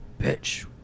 bitch